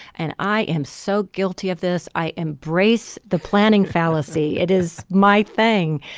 and i am so guilty of this. i embrace the planning fallacy. it is my thing.